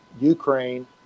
Ukraine